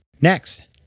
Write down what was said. Next